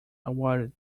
awarded